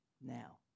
now